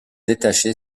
détaché